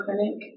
Clinic